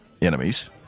enemies